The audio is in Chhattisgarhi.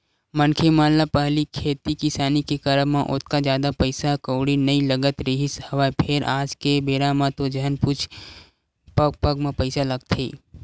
मनखे मन ल पहिली खेती किसानी के करब म ओतका जादा पइसा कउड़ी नइ लगत रिहिस हवय फेर आज के बेरा म तो झन पुछ पग पग म पइसा लगथे